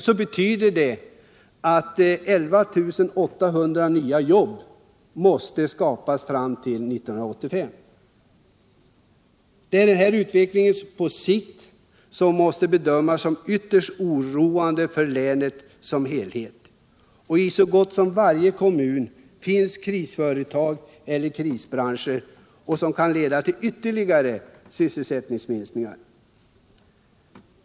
Det betyder att 11 800 nya jobb måste skapas till 1985. Utvecklingen på sikt måste bedömas som ytterst oroande för länet som helhet. I så gott som varje kommun finns krisföretag eller krisbranscher, vilket kan leda till ytterligare sysselsättningsminskningar.